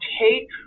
take